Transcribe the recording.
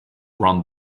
run